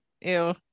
Ew